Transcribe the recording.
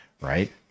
right